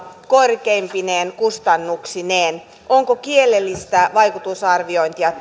korkeampine kustannuksineen onko kielellistä vaikutusarviointia